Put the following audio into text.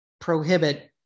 prohibit